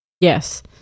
yes